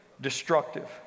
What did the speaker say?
destructive